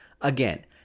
Again